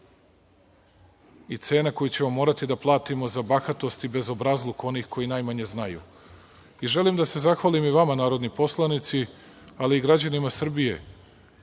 i cena koju ćemo morati da platimo za bahatost i bezobrazluk onih koji najmanje znaju. Želim da se zahvalim i vama narodni poslanici, i građanima Srbije